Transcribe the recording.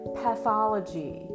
pathology